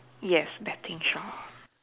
yes betting shop